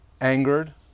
angered